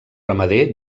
ramader